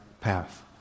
path